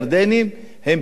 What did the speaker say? הם פועלים ביתר שאת.